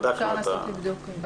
אפשר לנסות לבדוק.